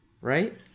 Right